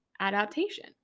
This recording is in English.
adaptation